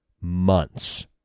months